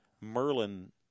Merlin